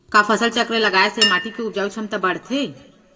का फसल चक्र लगाय से माटी के उपजाऊ क्षमता बढ़थे?